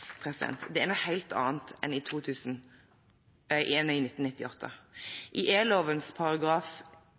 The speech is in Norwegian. Det er noe helt annet enn i 1998. I e-loven § 3 fastsettes det hvilke oppgaver som tilligger E-tjenesten. I